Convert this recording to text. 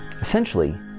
Essentially